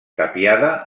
tapiada